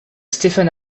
stephen